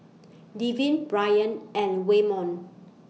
Devyn Bryant and Waymon